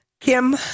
Kim